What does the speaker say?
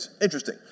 interesting